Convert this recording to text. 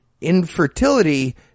infertility